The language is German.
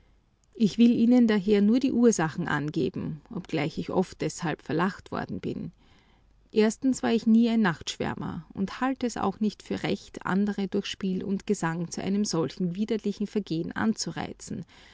ich will ihnen daher nur die ursachen angeben obgleich ich oft deshalb verlacht worden bin erstens war ich nie ein nachtschwärmer und halte es auch nicht für recht andere durch spiel und gesang zu einem solchen widerlichen vergehen anzureizen